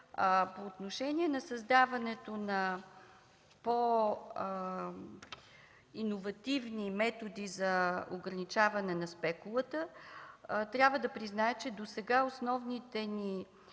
По отношение създаването на по-иновативни методи за ограничаване на спекулата, трябва да призная, че досега основните ни